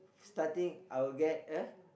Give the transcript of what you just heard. starting I will get a